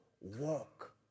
walk